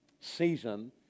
season